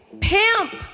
pimp